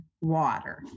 water